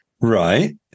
Right